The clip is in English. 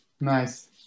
nice